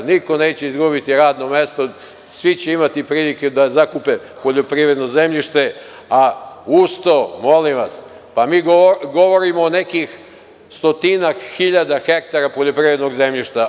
Niko neće izgubiti radno mesto, svi će imati prilike da zakupe poljoprivredno zemljište, a uz to, molim vas, pa mi govorimo o nekih stotinak hiljada hektara poljoprivrednog zemljišta.